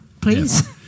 please